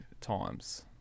times